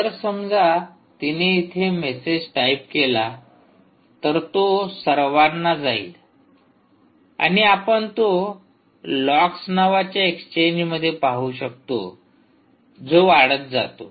जर समजा तिने इथे मेसेज टाईप केला तर तो सर्वांना जाईल आणि आपण तो लॉग्स नावाच्या एक्सचेंज मध्ये पाहू शकतो जो वाढत जातो